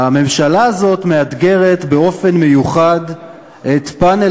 הממשלה הזאת מאתגרת באופן מיוחד את פאנל